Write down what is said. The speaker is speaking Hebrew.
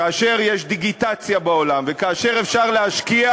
כאשר יש דיגיטציה בעולם וכאשר אפשר להשקיע,